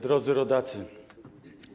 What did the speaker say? Drodzy Rodacy!